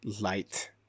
light